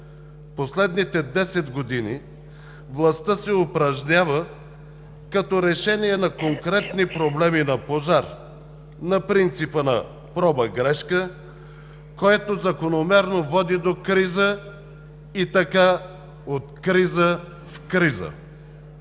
Последните 10 години властта се упражнява като решение на конкретни проблеми на пожар на принципа „проба-грешка“, което закономерно води до криза, и така – от криза в криза.